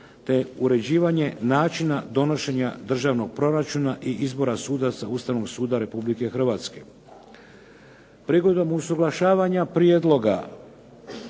te uređivanje načina donošenja državnog proračuna i izbora sudaca Ustavnog suda Republike Hrvatske. Prigodom usuglašavanja prijedloga